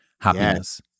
happiness